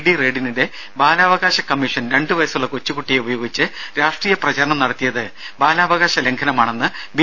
D റെയ്ഡിനിടെ ബാലാവകാശ commission രണ്ട് വയസുള്ള കൊച്ചുകുട്ടിയെ ഉപയോഗിച്ച് രാഷ്ട്രീയ പ്രചരണം നടത്തിയത് ബാലാവകാശ ലംഘനമാണെന്ന് ബി